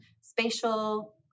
spatial